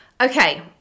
Okay